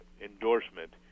endorsement